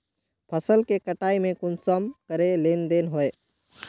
फसल के कटाई में कुंसम करे लेन देन होए?